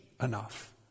enough